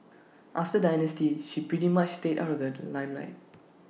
after dynasty she pretty much stayed out of the limelight